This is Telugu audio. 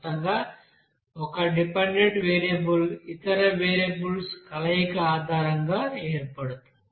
మొత్తంగా ఒక డిపెండెంట్ వేరియబుల్ ఇతర వేరియబుల్స్ కలయిక ఆధారంగా ఏర్పడుతుంది